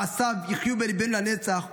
מעשיו יחיו בליבנו לנצח,